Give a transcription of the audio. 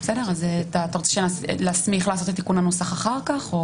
אתה רוצה להסמיך לתקן את הנוסח אחר כך?